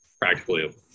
practically